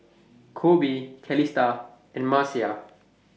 Koby Calista and Marcia